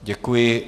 Děkuji.